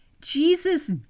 Jesus